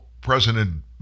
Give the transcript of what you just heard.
President